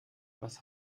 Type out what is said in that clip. was